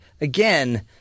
again